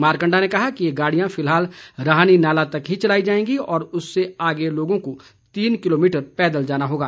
मारकंडा ने कहा कि ये गाड़ियां फिलहाल राहनी नाला तक ही चलाई जाएगी और उससे आगे लोगों को तीन किलोमीटर पैदल जाना होगा